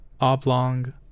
oblong